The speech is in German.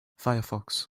firefox